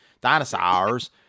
dinosaurs